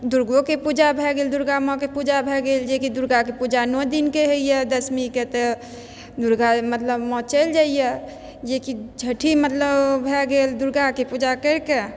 दुर्गोके पूजा भए गेल दुर्गा माँके पूजा भए गेल जेकि दुर्गाके पूजा नओ दिनके होइए दशमीके तऽ दुर्गा मतलब माँ चलि जाइए जेकि छठी मतलब भए गेल दुर्गाके पूजा करिके